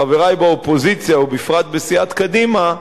חברי באופוזיציה או בפרט בסיעת קדימה,